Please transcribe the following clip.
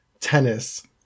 tennis